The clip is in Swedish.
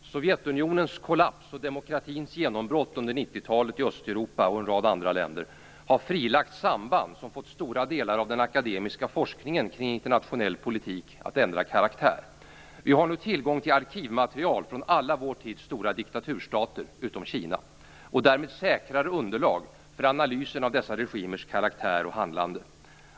Herr talman! Sovjetunionens kollaps och demokratins genombrott under 90-talet i Östeuropa och i en rad andra länder har frilagt samband som fått stora delar av den akademiska forskningen kring internationell politik att ändra karaktär. Vi har nu tillgång till arkivmaterial från alla vår tids stora diktaturstater, utom från Kina, och därmed säkrare underlag för analysen av dessa regimers karaktär och handlande.